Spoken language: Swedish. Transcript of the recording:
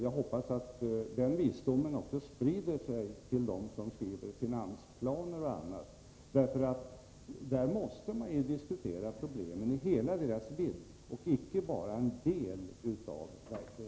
Jag hoppas att den visdomen sprider sig till dem som skriver finansplaner och annat. Där måste man nämligen diskutera problemen i hela deras vidd och icke bara delar av verkligheten.